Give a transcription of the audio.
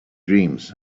dreams